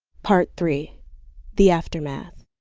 part three the aftermath